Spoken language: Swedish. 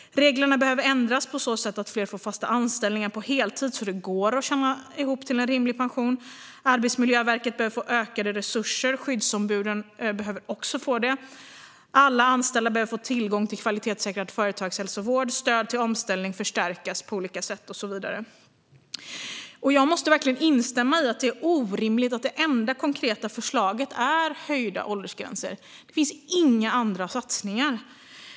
Reglerna behöver ändras på så sätt att fler får fasta anställningar på heltid så att det går att tjäna ihop till en rimlig pension. Arbetsmiljöverket behöver få ökade resurser. Skyddsombuden behöver också få ökade resurser. Alla anställda behöver få tillgång till kvalitetssäkrad företagshälsovård och stödet till omställning förstärkas på olika sätt och så vidare. Jag måste verkligen instämma i att det är orimligt att det enda konkreta förslaget är höjda åldersgränser. Det finns inga andra satsningar.